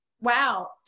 wow